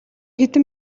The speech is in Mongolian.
хэдэн